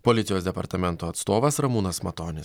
policijos departamento atstovas ramūnas matonis